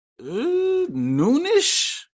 noonish